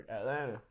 Atlanta